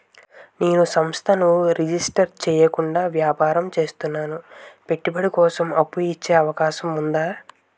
నేను సంస్థను రిజిస్టర్ చేయకుండా వ్యాపారం చేస్తున్నాను పెట్టుబడి కోసం అప్పు ఇచ్చే అవకాశం ఉందా?